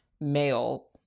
male